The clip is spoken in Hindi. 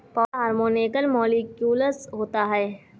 पौधा हार्मोन एकल मौलिक्यूलस होता है